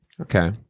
Okay